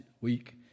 week